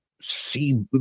see